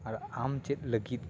ᱟᱨ ᱟᱢ ᱪᱮᱫ ᱞᱟᱹᱜᱤᱫ